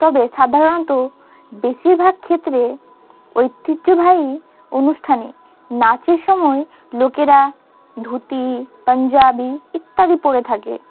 তবে সাধারণত বেশিরভাগ ক্ষেত্রে ঐতিহ্যবাহী অনুষ্ঠানে নাচের সময় লোকেরা ধুতি পাঞ্জাবি ইত্যাদি পড়ে থাকে